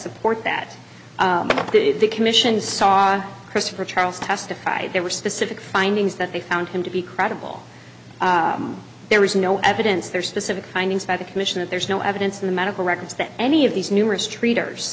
support that the commission christopher charles testified there were specific findings that they found him to be credible there was no evidence there specific findings by the commission that there's no evidence in the medical records that any of these numerous traders